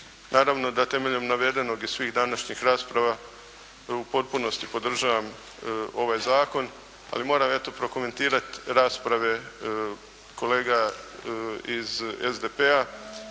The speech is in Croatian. Naravno da temeljem navedenog iz svih današnjih rasprava u potpunosti podržavam ovaj zakon, ali moram ja tu prokomentirati rasprave kolega iz SDP-a